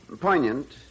poignant